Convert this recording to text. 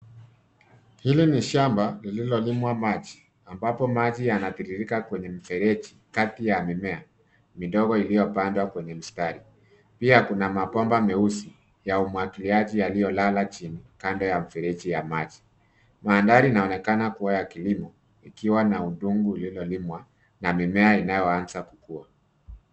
Hili ni shamba, lililolimwa maji, ambapo maji yanatirirrika kwenye mifereji, kati ya mimea midogo ilipandwa kwenye mstari, pia, kuna mabomba meusi, ya mwangiliaji yaliyolala chini, kando ya mfereji ya maji, mandhari inaonekana kuwa ya kilimo, ikiwa na udongo lililolimwa, na mimea inayoanza kukuwa.